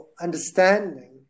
understanding